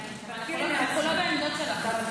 תתחילי מעצמך.